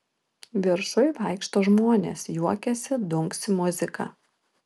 viršuj vaikšto žmonės juokiasi dunksi muzika